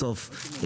בסוף,